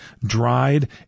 dried